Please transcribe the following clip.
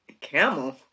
Camel